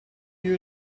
you